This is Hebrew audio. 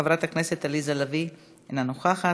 חברת הכנסת עליזה לביא אינה נוכחת,